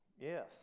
yes